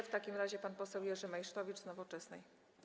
W takim razie pan poseł Jerzy Meysztowicz z Nowoczesnej.